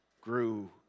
grew